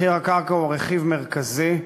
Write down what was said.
מחיר הקרקע הוא רכיב מרכזי.